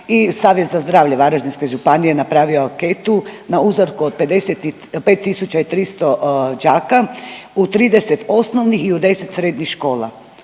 Savjest za zdravlje Varaždinske županije je napravio anketu na uzorku od 55.300 đaka u 30 osnovnih i u 10 srednjih škola